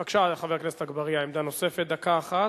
בבקשה, חבר הכנסת אגבאריה, עמדה נוספת, דקה אחת.